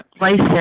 license